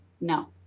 No